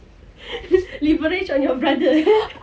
leverage on your brother